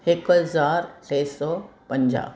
हिकु हज़ार टे सौ पंजाहु